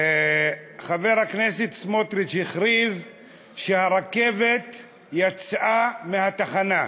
חבר הכנסת סמוטריץ הכריז שהרכבת יצאה מהתחנה.